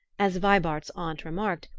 as vibart's aunt remarked,